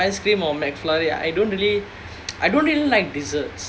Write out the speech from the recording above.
no not even ice kacang like McDonald ice cream or McFlurry I don't really I don't really like desserts